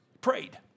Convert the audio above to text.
Prayed